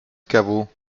caveau